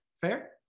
fair